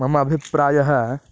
मम अभिप्रायः